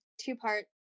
two-part